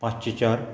पांचशें चार